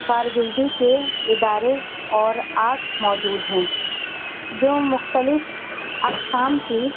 کارگردی کے ادارے اور آرٹس موجود ہیں جو مختلف اقسام کی